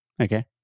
Okay